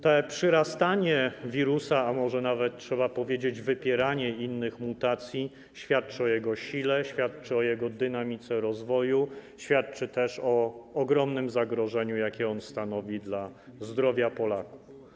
To przyrastanie wirusa, a może nawet trzeba powiedzieć wypieranie innych mutacji, świadczy o jego sile, świadczy o jego dynamice rozwoju, świadczy też o ogromnym zagrożeniu, jakie on stanowi dla zdrowia Polaków.